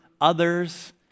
others